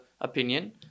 opinion